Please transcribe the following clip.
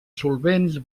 solvents